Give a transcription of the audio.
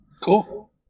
Cool